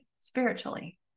spiritually